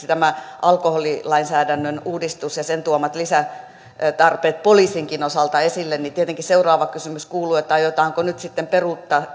tämä alkoholilainsäädännön uudistus ja sen tuomat lisätarpeet poliisinkin osalta niin tietenkin seuraava kysymys kuuluu aiotaanko nyt kenties peruuttaa